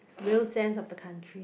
will send of the country